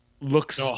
looks